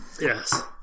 Yes